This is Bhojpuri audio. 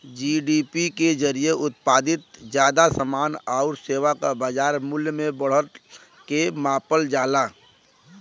जी.डी.पी के जरिये उत्पादित जादा समान आउर सेवा क बाजार मूल्य में बढ़त के मापल जाला